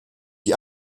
die